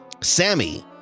Sammy